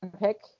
pick